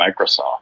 Microsoft